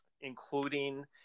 including